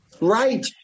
right